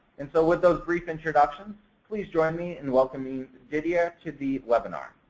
and so with those brief introductions, please join me in welcoming didier to the webinar.